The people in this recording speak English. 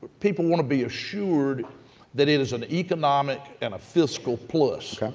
people want to be assured that it is an economic and a fiscal plus,